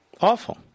awful